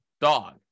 dog